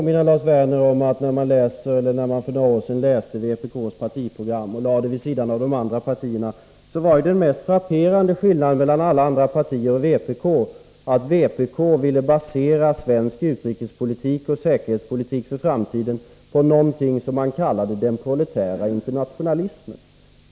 När man för några år sedan läste vpk:s partiprogram och lade det vid sidan av de andra partiernas var den frapperande skillnaden att vpk ville basera svensk utrikespolitik och säkerhetspolitik för framtiden på något som man kallade den proletära internationalismen.